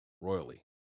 royally